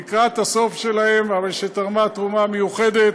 שלהם לקראת הסוף, שתרמה תרומה מיוחדת,